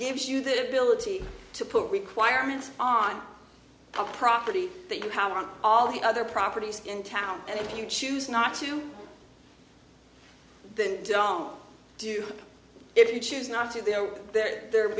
gives you the ability to put requirements on the property that you have on all the other properties in town and if you choose not to then don't do if you choose not to there that there